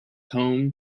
home